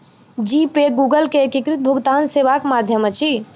जी pay Google के एकीकृत भुगतान सेवाक माध्यम अछि